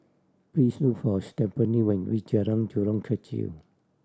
please look for Stephani when you reach Jalan Jurong Kechil